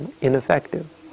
ineffective